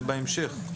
זה בהמשך.